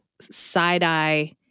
side-eye